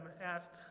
asked